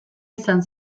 izan